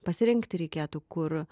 pasirinkti reikėtų kur